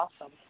awesome